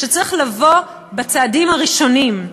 שצריך לבוא בצעדים הראשונים,